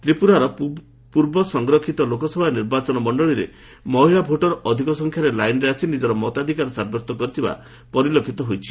ତ୍ରିପୁରାର ପୂର୍ବ ସଂରକ୍ଷିତ ଲୋକସଭା ନିର୍ବାଚନ ମଣ୍ଡଳୀରେ ମହିଳା ଭୋଟର ଅଧିକ ସଂଖ୍ୟରେ ଲାଇନ୍ରେ ଆସି ନିକର ମତାଧିକାର ସାବ୍ୟସ୍ତ କରିଥିବାର ପରିଲକ୍ଷିତ ହୋଇଛି